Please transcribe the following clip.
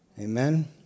Amen